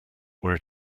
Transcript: where